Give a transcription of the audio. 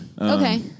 okay